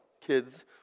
kids